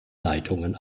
leitungen